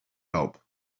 help